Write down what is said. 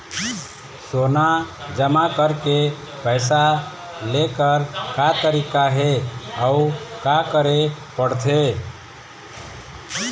सोना जमा करके पैसा लेकर का तरीका हे अउ का करे पड़थे?